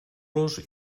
los